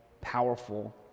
powerful